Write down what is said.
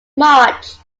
march